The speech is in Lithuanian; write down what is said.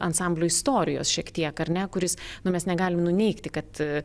ansamblio istorijos šiek tiek ar ne kuris nu mes negalim nuneigti kad